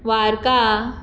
Varca